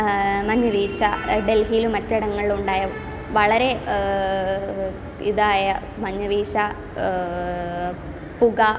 മഞ്ഞുവീഴ്ച ഡൽഹിയിലും മറ്റിടങ്ങളിലും ഉണ്ടായ വളരെ ഇതായ മഞ്ഞുവീഴ്ച പുക